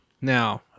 now